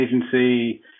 agency